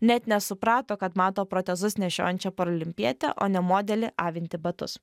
net nesuprato kad mato protezus nešiojančią paralimpietę o ne modelį avintį batus